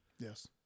Yes